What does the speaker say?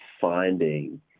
finding